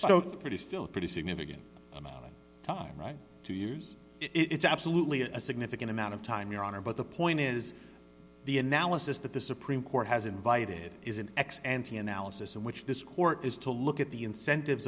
a pretty still pretty significant amount of time right two years it's absolutely a significant amount of time your honor but the point is the analysis that the supreme court has invited is an ex ante analysis in which this court is to look at the incentives